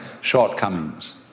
shortcomings